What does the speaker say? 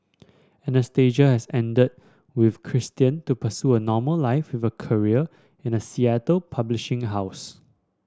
Anastasia has ended with Christian to pursue a normal life with a career in a Seattle publishing house